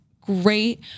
great